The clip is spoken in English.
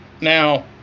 now